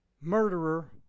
murderer